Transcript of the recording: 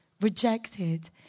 rejected